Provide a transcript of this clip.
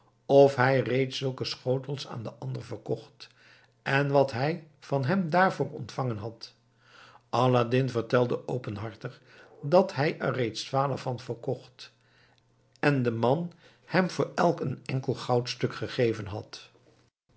of hij reeds zulke schotels aan den ander verkocht en wat hij van hem daarvoor ontvangen had aladdin vertelde openhartig dat hij er reeds twaalf van verkocht en de man hem voor elk een enkel goudstuk gegeven had